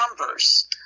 numbers